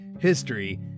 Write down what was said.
history